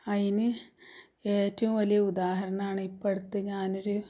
അതിന് ഏറ്റവും വലിയ ഉദാഹരണമാണ് ഇപ്പം അടുത്ത് ഞാനൊരു